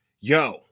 Yo